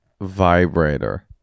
vibrator